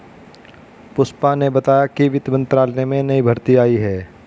पुष्पा ने बताया कि वित्त मंत्रालय में नई भर्ती आई है